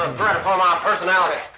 um threat upon my personality.